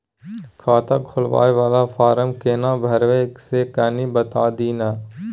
खाता खोलैबय वाला फारम केना भरबै से कनी बात दिय न?